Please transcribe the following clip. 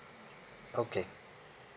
okay